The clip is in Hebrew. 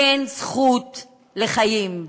אין זכות לחיים.